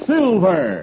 Silver